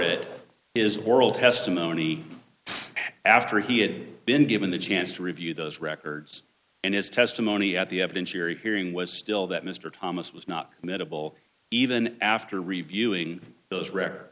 it is oral testimony after he had been given the chance to review those records and his testimony at the evidence you're hearing was still that mr thomas was not an edible even after reviewing those rare